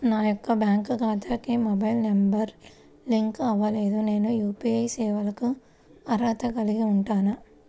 నా యొక్క బ్యాంక్ ఖాతాకి మొబైల్ నంబర్ లింక్ అవ్వలేదు నేను యూ.పీ.ఐ సేవలకు అర్హత కలిగి ఉంటానా?